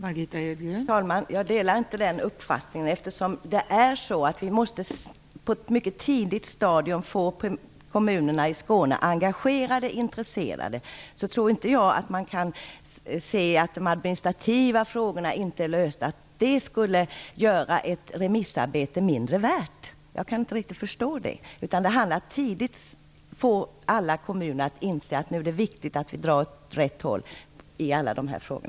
Fru talman! Jag delar inte den uppfattningen. Eftersom vi på ett mycket tidigt stadium måste få kommunerna i Skåne engagerade och intresserade tror jag inte att man kan säga att de administrativa frågorna inte är lösta och att det skulle göra ett remissarbete mindre värt. Jag kan inte riktigt förstå det. Det handlar om att tidigt få alla kommuner att inse att det är viktigt att de drar åt rätt håll i alla dessa frågor.